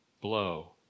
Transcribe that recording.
blow